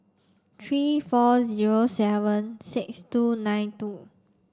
three four zero seven six two nine two